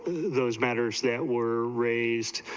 those matters that were raised,